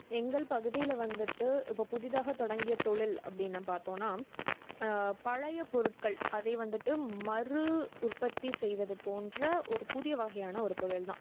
எங்கள் பகுதியில் வந்துவிட்டு இப்போ புதிதாக தொடங்கிய தொழில் அப்படின்னா பார்த்தோன்னா பழைய பொருட்கள் அதை வந்துவிட்டு மறு உற்பத்தி செய்வது போன்ற ஒரு புதிய வகையான ஒரு தொழில் தான்